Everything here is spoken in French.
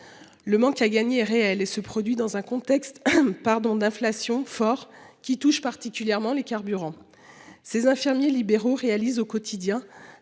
Le manque à gagner est réel et se produit dans un contexte pardon d'inflation fort qui touche particulièrement les carburants ces infirmiers libéraux réalise au quotidien